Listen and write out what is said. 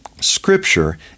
Scripture